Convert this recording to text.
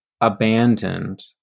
abandoned